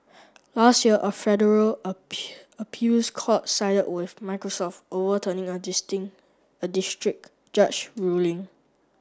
last year a federal appeals court sided with Microsoft overturning a a district judge ruling